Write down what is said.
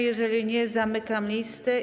Jeżeli nie, zamykam listę.